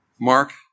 Mark